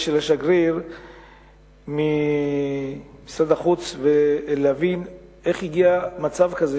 של השגריר ממשרד החוץ ולהבין איך הגיע מצב כזה,